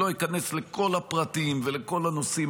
לא אכנס לכל הפרטים ולכל הנושאים.